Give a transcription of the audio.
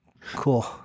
Cool